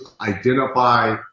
identify